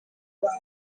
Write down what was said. abana